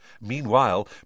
Meanwhile